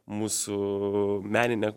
mūsų meninę